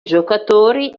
giocatori